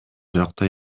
жакта